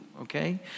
okay